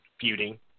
feuding